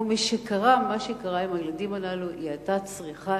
ומשקרה מה שקרה עם הילדים הללו היא היתה צריכה